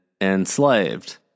enslaved